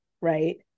Right